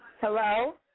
Hello